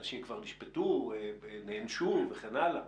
אנשים כבר נשפטו ונענשו וכן הלאה.